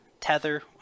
Tether